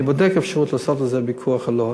אני בודק אם יש אפשרות לעשות על זה ויכוח או לא.